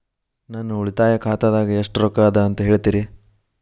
ನನ್ನ ಉಳಿತಾಯ ಖಾತಾದಾಗ ಎಷ್ಟ ರೊಕ್ಕ ಅದ ಅಂತ ಹೇಳ್ತೇರಿ?